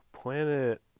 planet